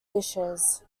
dishes